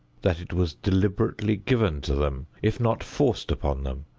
that it was deliberately given to them if not forced upon them,